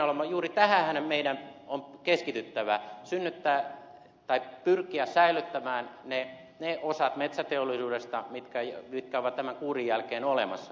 heinäluoma juuri tähänhän meidän on keskityttävä pyrkiä säilyttämään ne osat metsäteollisuudesta mitkä ovat tämän kuurin jälkeen olemassa